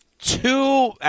two